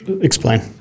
Explain